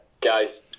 guys